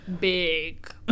Big